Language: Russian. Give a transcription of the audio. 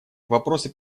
вопросы